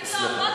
סליחה.